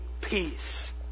peace